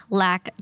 lack